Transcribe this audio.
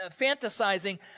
fantasizing